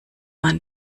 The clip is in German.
man